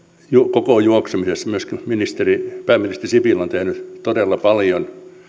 koko juoksemisessa myöskin pääministeri sipilä on tehnyt todella paljon